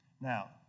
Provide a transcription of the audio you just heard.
Now